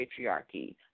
patriarchy